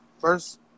first